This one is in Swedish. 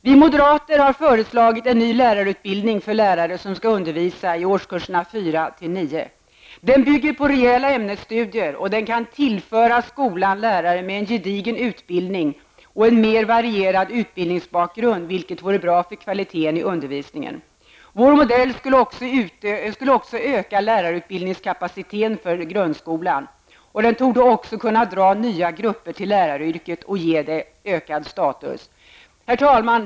Vi moderater har föreslagit en ny lärarutbildning för lärare som skall undervisa i årskurserna 4--9. Den bygger på rejäla ämnesstudier och kan tillföra skolan lärare med en gedigen utbildning och en mer varierad utbildningsbakgrund, vilket vore bra för kvaliten i undervisningen. Vår modell för lärarutbildningen skulle dessutom öka lärarutbildningskapaciteten när det gäller grundskolan. Den torde också kunna dra nya grupper till läraryrket och ge det ökad status. Herr talman!